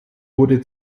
wurde